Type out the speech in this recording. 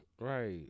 right